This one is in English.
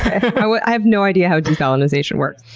i have no idea how desalinization works.